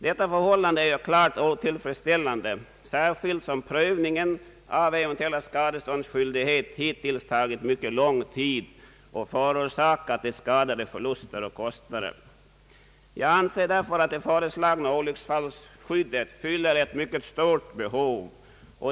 Detta förhållande är klart otillfredsställande, särskilt som prövningen av eventuell skadeståndsskyldighet hittills tagit mycket lång tid och förorsakat de skadade förluster och kostnader. Jag anser därför att det föreslagna olycksfallsskyddet fyller ett mycket stort behov.